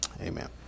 Amen